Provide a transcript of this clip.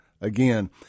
again